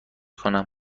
کنم